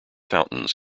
fountains